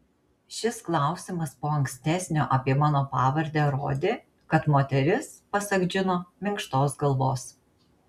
šis klausimas po ankstesnio apie mano pavardę rodė kad moteris pasak džino minkštos galvos